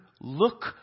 Look